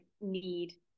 need